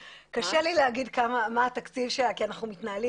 קשה לי להגיד מה התקציב שלה כי אנחנו מתנהלים